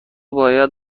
باید